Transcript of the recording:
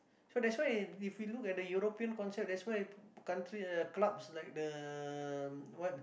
so that's why if we look at the European concept that's why country uh club likes the what